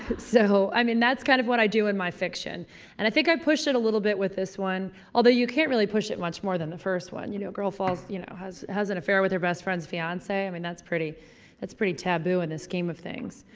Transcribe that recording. so i mean that's kind of what i do in my fiction and i think i pushed it a little bit with this one although you can't really push it much more than the first one you know girl falls you know in has an affair with her best friends fiance i mean that's pretty that's pretty taboo in the scheme of things